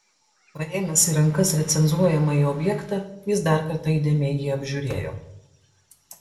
paėmęs į rankas recenzuojamąjį objektą jis dar kartą įdėmiai jį apžiūrėjo